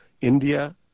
India